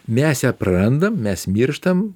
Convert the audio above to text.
mes ją prarandam mes mirštam